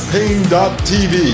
Pain.tv